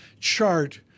chart